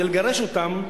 כדי לגרש אותם,